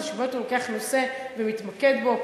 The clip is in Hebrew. זה שהוא לוקח נושא ומתמקד בו.